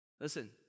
Listen